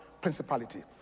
principality